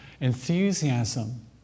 enthusiasm